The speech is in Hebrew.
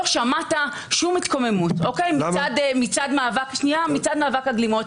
לא שמעת שום התקוממות מצד מאבק הגלימות.